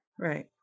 Right